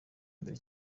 mbere